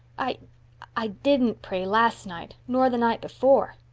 i i didn't pray last night nor the night before.